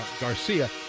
Garcia